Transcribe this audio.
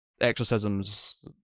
exorcisms